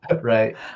right